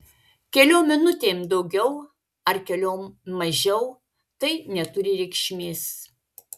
keliom minutėm daugiau ar keliom mažiau tai neturi reikšmės